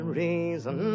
reason